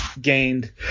gained